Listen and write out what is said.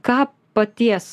ką paties